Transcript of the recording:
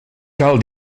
cal